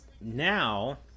now